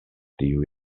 tiuj